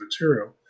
material